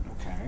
Okay